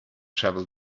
travel